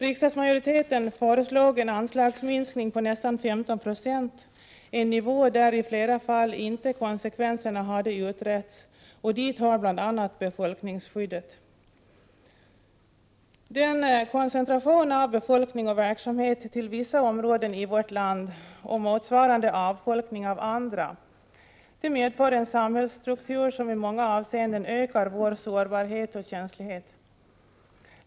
Riksdagsmajoriteten föreslog en anslagsminskning på nästan 15 96, en nivå där i flera fall konsekvenserna inte hade utretts — dit hör bl.a. befolkningsskyddet. En koncentration av befolkning och verksamhet till vissa områden i vårt land och motsvarande avfolkning av andra medför en samhällsstruktur som i många avseenden ökar vår sårbarhet och känslighet.